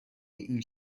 این